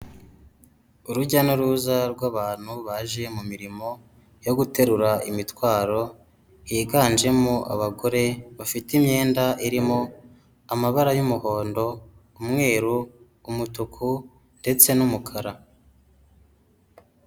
Urujya n'uruza rw'abantu baje mu mirimo yo guterura imitwaro, higanjemo abagore bafite imyenda irimo amabara y'umuhondo, umweru, umutuku ndetse n'umukara.